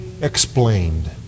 explained